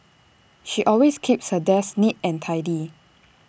she always keeps her desk neat and tidy